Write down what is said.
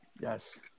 Yes